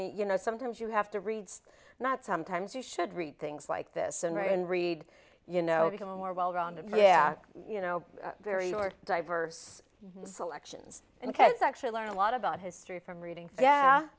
me you know sometimes you have to read that sometimes you should read things like this and write and read you know become a more well rounded yeah you know very or diverse selections and kids actually learn a lot about history from reading so yeah